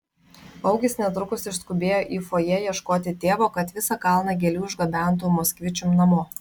augis netrukus išskubėjo į fojė ieškoti tėvo kad visą kalną gėlių išgabentų moskvičium namo